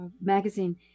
Magazine